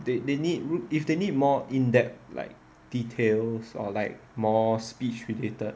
they they need if they need more in-depth like details or like more speech related